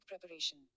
preparation